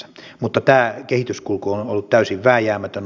mutta tämä kehityskulku on ollut täysin vääjäämätön